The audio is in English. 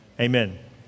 Amen